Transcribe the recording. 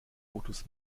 fotos